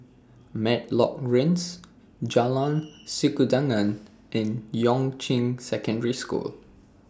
Matlock Rise Jalan Sikudangan and Yuan Ching Secondary School